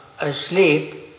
asleep